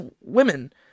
women